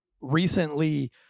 recently